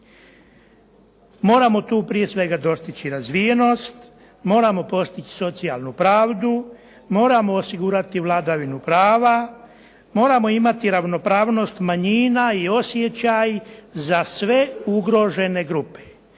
Moramo tu prije svega dostići razvijenost, moramo postići socijalnu pravdu, moramo osigurati vladavinu prava, moramo imati ravnopravnost manjina i osjećaj za sve ugrožene grupe.